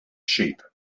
sheep